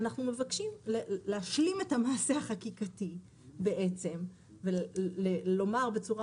אנחנו מבקשים להשלים את המעשה החקיקתי ולומר בצורה